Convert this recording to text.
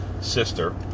sister